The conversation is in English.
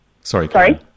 Sorry